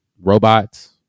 robots